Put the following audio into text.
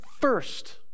first